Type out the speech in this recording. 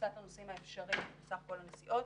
בתפוסת הנוסעים האפשרית וסך כל הנסיעות.